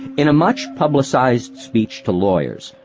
in a much-publicized speech to lawyers,